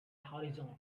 horizon